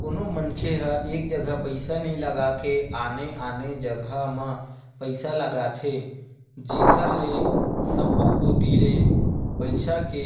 कोनो मनखे ह एक जघा पइसा नइ लगा के आने आने जघा म पइसा लगाथे जेखर ले सब्बो कोती ले पइसा के